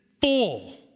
full